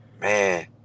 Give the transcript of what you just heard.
man